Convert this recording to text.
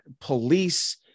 police